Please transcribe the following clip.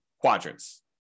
quadrants